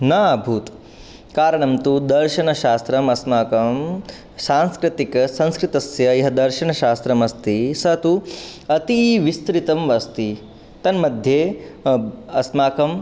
न अभूत् कारणं तु दर्शनशास्त्रम् अस्माकं सांस्कृतिकं संस्कृतस्य यत् दर्शनशास्त्रम् अस्ति तत् तु अतिविस्तृतम् अस्ति तन्मध्ये अस्माकं